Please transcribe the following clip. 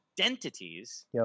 identities